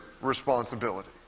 responsibility